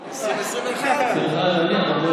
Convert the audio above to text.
2021. לא.